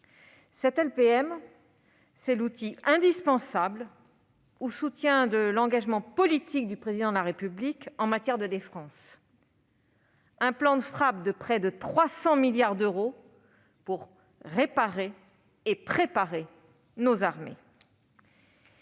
La LPM est l'outil indispensable au soutien de l'engagement politique du Président de la République en matière de défense : un plan de frappe de près de 300 milliards d'euros pour réparer et préparer nos armées.